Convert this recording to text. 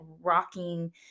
rocking